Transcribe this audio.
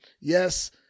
yes